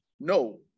No